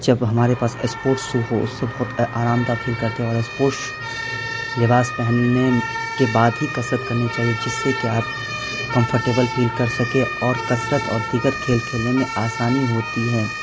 جب ہمارے پاس اسپوٹ شو ہو اس سے بہت آرام دہ فیل کرتے ہیں اور اسپوش لباس پہننے کے بعد ہی کثرت کرنی چاہیے جس سے کہ آپ کمفٹیبل فیل کر سکیں اور کسرت اور دیگر کھیل کھیلنے میں آسانی ہوتی ہے